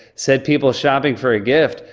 said people shopping for a gift,